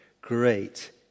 Great